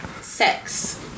Sex